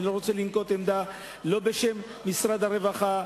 אני לא רוצה לנקוט עמדה בשם משרד הרווחה,